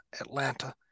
Atlanta